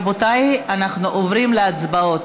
רבותיי, אנחנו עוברים להצבעות.